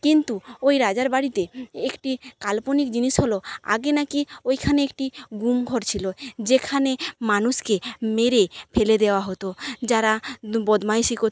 কিন্তু ওই রাজার বাড়িতে একটি কাল্পনিক জিনিস হলো আগে না কি ওইখানে একটি গুম ঘর ছিলো যেখানে মানুষকে মেরে ফেলে দেওয়া হতো যারা দু বদমাইশি করতো